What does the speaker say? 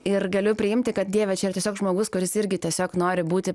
ir galiu priimti kad dieve čia yra tiesiog žmogus kuris irgi tiesiog nori būti